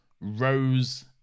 Rose